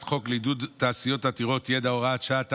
חוק לעידוד תעשיות עתירות ידע (הוראת שעה),